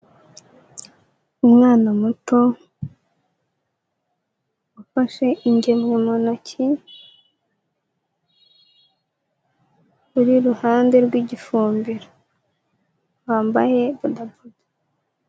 Umwana muto, ufashe ingemwe mu ntoki, uri iruhande rw'igifumbiro wambaye bodaboda.